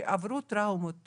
שעברו טראומות